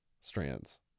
strands